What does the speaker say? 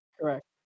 Correct